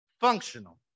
functional